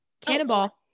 Cannonball